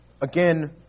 Again